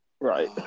Right